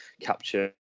capture